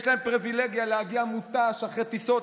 יש להם פריבילגיה להגיע מותש אחרי טיסות